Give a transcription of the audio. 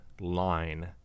line